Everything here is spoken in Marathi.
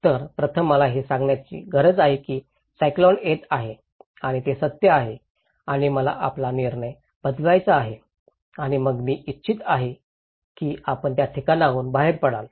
तर प्रथम मला हे सांगण्याची गरज आहे की सायक्लॉन येत आहे आणि ते सत्य आहे आणि मला आपला निर्णय बदलावायचा आहे आणि मग मी इच्छित आहे की आपण त्या ठिकाणाहून बाहेर पडाल